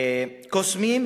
קוסמים,